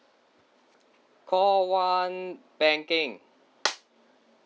call one banking